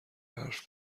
حرف